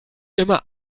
immer